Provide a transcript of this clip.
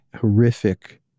horrific